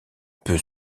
peu